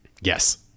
yes